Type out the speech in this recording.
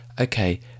okay